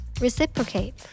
Reciprocate